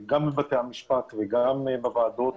גם בבתי המשפט וגם בוועדות